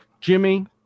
Jimmy